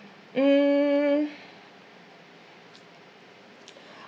um